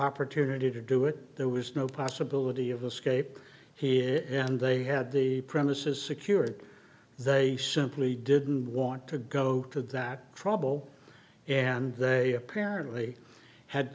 opportunity to do it there was no possibility of a scape here and they had the premises secured they simply didn't want to go to that trouble and they apparently had